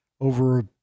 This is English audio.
over